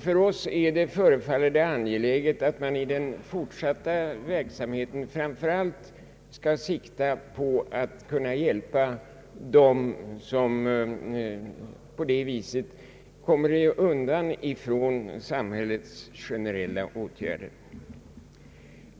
För oss är det angeläget att man i den fortsatta verksamheten framför allt skall sikta på att kunna hjälpa dem som på det viset inte får del av samhällets generella åtgärder.